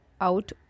out